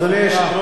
בבקשה.